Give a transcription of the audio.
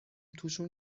توشون